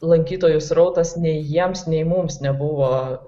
lankytojų srautas nei jiems nei mums nebuvo